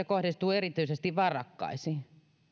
kohdistuu erityisesti varakkaisiin